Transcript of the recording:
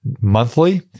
monthly